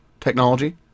technology